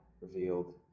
revealed